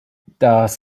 das